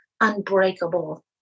unbreakable